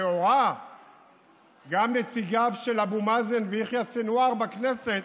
לכאורה גם נציגיו של אבו מאזן ויחיא סנוואר בכנסת,